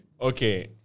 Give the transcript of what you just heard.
okay